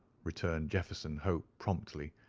returned jefferson hope promptly,